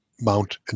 mount